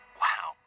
wow